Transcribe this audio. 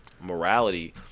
morality